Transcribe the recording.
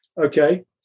okay